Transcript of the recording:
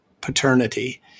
paternity